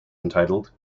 entitled